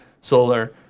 solar